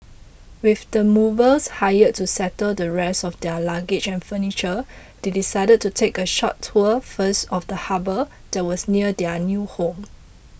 with the movers hired to settle the rest of their luggage and furniture they decided to take a short tour first of the harbour that was near their new home